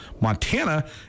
Montana